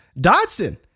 Dodson